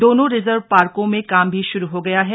दोनों रिजर्व पार्को में काम भी शुरू हो गया है